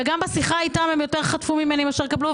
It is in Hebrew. וגם בשיחה איתם הם יותר חטפו ממני מאשר קיבלו.